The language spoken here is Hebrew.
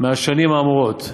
מהשנים האמורות,